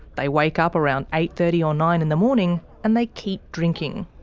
they wake up around eight thirty or nine in the morning and they keep drinking.